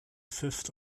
fifth